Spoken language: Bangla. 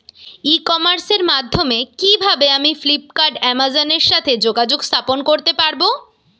ই কমার্সের মাধ্যমে কিভাবে আমি ফ্লিপকার্ট অ্যামাজন এর সাথে যোগাযোগ স্থাপন করতে পারব?